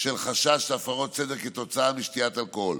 של חשש להפרות סדר כתוצאה משתיית אלכוהול.